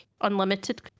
Unlimited